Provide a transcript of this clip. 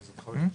מי בעד?